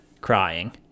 crying